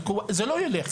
זה לא ילך.